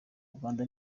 rwanda